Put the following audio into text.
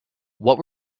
what